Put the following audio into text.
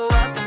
up